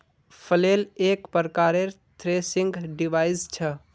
flail एक प्रकारेर threshing device छ